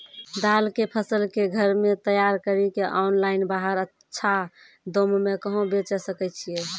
दाल के फसल के घर मे तैयार कड़ी के ऑनलाइन बाहर अच्छा दाम मे कहाँ बेचे सकय छियै?